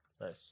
Nice